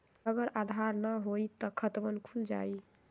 अगर आधार न होई त खातवन खुल जाई?